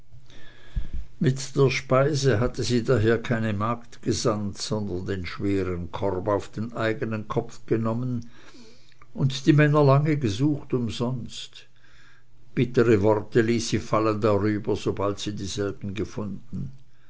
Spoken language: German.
mit der speise hatte sie daher keine magd gesandt sondern den schweren korb auf den eigenen kopf genommen und die männer lange gesucht umsonst bittere worte ließ sie fallen darüber sobald sie dieselben gefunden